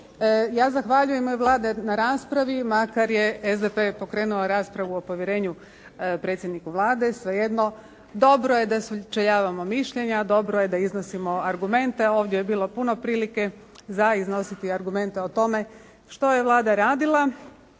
Ja zahvaljujem u ime Vlade na raspravi makar je SDP pokrenuo raspravu o povjerenju predsjedniku Vlade, sve jedno dobro je da sučeljavamo mišljenja, dobro je da iznosimo argumente. Ovdje je bilo puno prilike za iznositi argumente o tome što je Vlada radila